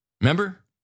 Remember